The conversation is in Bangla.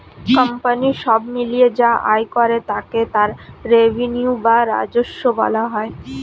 কোম্পানি সব মিলিয়ে যা আয় করে তাকে তার রেভিনিউ বা রাজস্ব বলা হয়